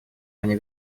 они